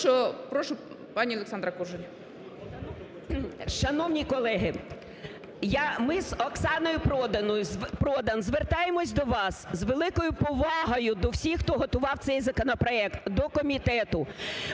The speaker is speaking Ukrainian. Прошу, пані Олександра Кужель. 13:24:12 КУЖЕЛЬ О.В. Шановні колеги! Я, ми з Оксаною Продан звертаємось до вас з великою повагою до всіх, хто готував цей законопроект до комітету.